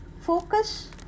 Focus